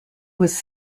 was